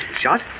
Shot